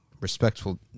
Respectful